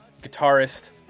guitarist